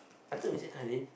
I thought we say Khalif